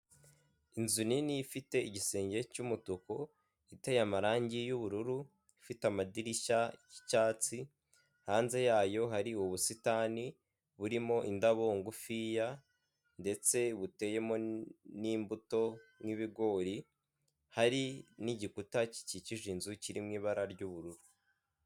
Inzu nini ifite igisenge cy'umutuku iteye amarangi yubururu ifite amadirishya y'icyatsi hanze yayo hari ubusitani burimo indabo ngufiya ndetse buteyemo n'imbuto nk'ibigori, hari n'gikuta gikikije inzu kiririmo ibara ry'ubururu.